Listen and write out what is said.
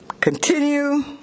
continue